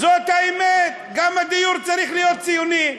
זאת האמת, גם הדיור צריך להיות ציוני.